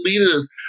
leaders